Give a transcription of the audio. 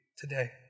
Today